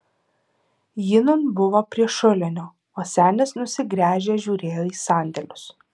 ji nūn buvo prie šulinio o senis nusigręžęs žiūrėjo į sandėlius